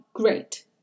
great